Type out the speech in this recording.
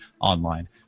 online